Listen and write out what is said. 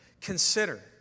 consider